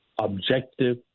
objective